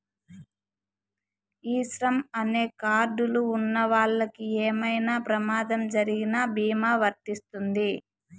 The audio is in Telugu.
ఈ శ్రమ్ అనే కార్డ్ లు ఉన్నవాళ్ళకి ఏమైనా ప్రమాదం జరిగిన భీమా వర్తిస్తుంది